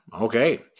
Okay